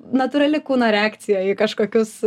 natūrali kūno reakcija į kažkokius